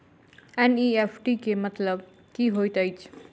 NEFT केँ मतलब की होइत अछि?